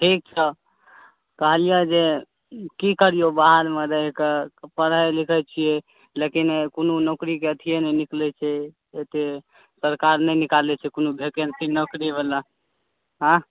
ठीक छौ कहलियौ जे की करियौ बाहरमे रहि कऽ पढ़ैत लिखैत छियै लेकिन कोनो नौकरीके अथिए नहि निकलैत छै एतेक सरकार नहि निकालैत छै कोनो वेकन्सी नौकरीवला आँय